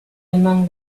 among